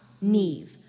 Neve